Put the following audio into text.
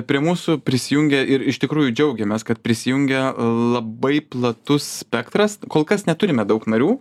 prie mūsų prisijungę ir iš tikrųjų džiaugiamės kad prisijungia labai platus spektras kol kas neturime daug narių